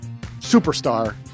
superstar